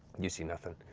you see nothing.